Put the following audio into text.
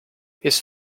his